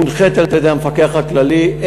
מונחית על-ידי המפקח הכללי.